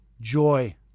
joy